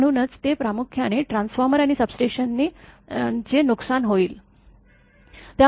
म्हणूनच तेथे प्रामुख्याने ट्रान्सफॉर्मर आणि सबस्टेशनचे नुकसान होईल